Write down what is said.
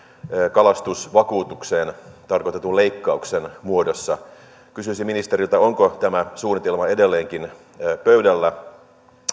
kalastusvakuutukseen tarkoitetun leikkauksen muodossa kysyisin ministeriltä onko tämä suunnitelma edelleenkin pöydällä